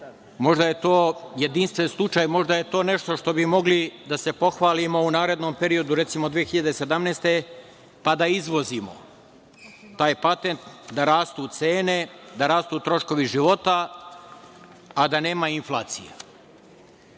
je to jedinstven slučaj, možda je to nešto što bi mogli da se pohvalimo u narednom periodu, recimo 2017. godine, pa da izvozimo taj patent da rastu cene, rastu troškovi života, a da nema inflacije.